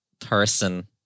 person